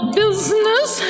business